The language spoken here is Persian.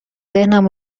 ذهنم